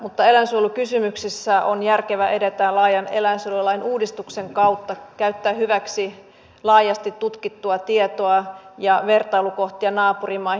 mutta eläinsuojelukysymyksissä on järkevää edetä laajan eläinsuojelulain uudistuksen kautta käyttää hyväksi laajasti tutkittua tietoa ja vertailukohtia naapurimaihin